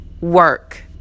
work